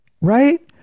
Right